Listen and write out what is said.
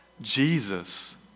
Jesus